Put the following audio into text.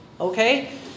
Okay